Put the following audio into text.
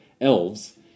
elves